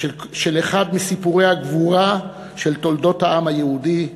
של אחד מסיפורי הגבורה של תולדות העם היהודי,